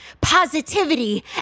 positivity